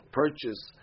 purchase